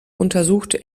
untersuchte